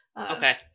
Okay